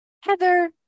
Heather